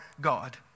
God